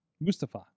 Mustafa